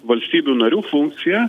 valstybių narių funkcija